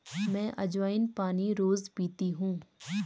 मैं अज्वाइन पानी रोज़ पीती हूँ